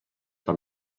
per